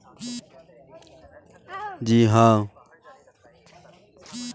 व्यापक खेती में माटी के उर्वरकता बनल रहे खातिर खेत के रख रखाव खास तरीका से कईल जात हवे